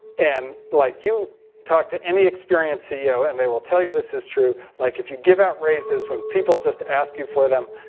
and like you talk to any experienced ceo and they will tell you this is true. like if you give out raises when people just ask you for them,